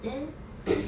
then